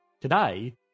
Today